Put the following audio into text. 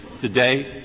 Today